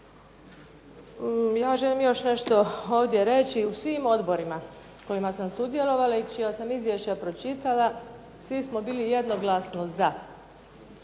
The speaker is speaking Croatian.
Ja želim još nešto ovdje reći. U svim odborima u kojima sam sudjelovala, i čija sam izvješća pročitala, svi smo bili jednoglasno za,